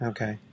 Okay